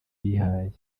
bihaye